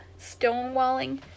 stonewalling